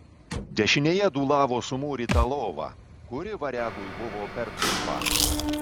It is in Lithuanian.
dešinėje dūlavo sumūryta lova kuri variagui buvo per trumpa